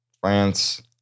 France